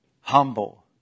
humble